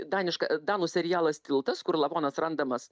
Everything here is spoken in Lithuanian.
daniška danų serialas tiltas kur lavonas randamas